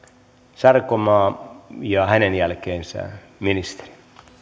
sarkomaa ja hänen jälkeensä ministeri